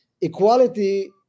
equality